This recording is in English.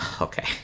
Okay